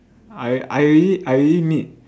I I already I already need